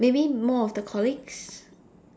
maybe more of the colleagues